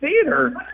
theater